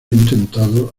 intentado